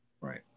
Right